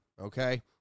okay